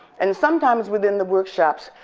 and sometimes within the workshops,